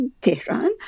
Tehran